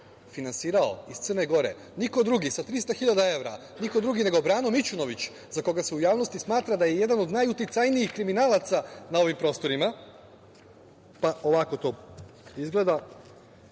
finansirao iz Crne Gore, sa 300 hiljada evra, niko drugi nego Brano Mićunović, za koga se u javnosti smatra da je jedan od najuticajnijih kriminalaca na ovim prostorima. Ovako to izgleda.